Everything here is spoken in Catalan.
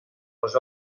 les